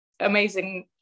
amazing